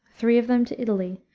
three of them to italy,